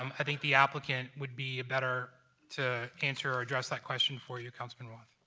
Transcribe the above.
um i think the applicant would be better to answer or address that question for you, councilman roth.